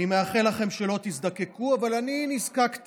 אני מאחל לכם שלא תזדקקו, אבל אני נזקקתי.